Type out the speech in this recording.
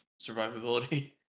survivability